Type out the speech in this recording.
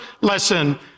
lesson